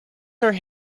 her